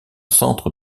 centre